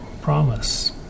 promise